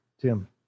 Tim